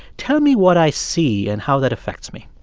tell me what i see and how that affects me